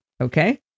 Okay